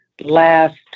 last